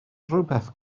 rhywbeth